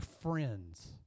friends